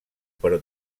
però